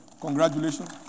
Congratulations